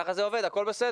ככה זה עובד, הכל בסדר.